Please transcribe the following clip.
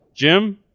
Jim